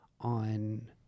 on